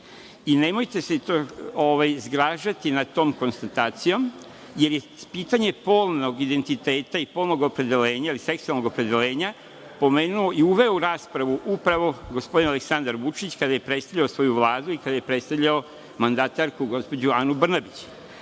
Srbije. Nemojte se zgražavati nad tom konstatacijom jer je pitanje polnog identiteta i polnog opredeljenja pomenuo i uveo u raspravu upravo gospodin Aleksandar Vučić kada je predstavljao svoju Vladu i kada je predstavljao mandatarku, gospođu Anu Brnabić.